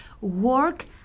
Work